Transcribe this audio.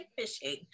fishing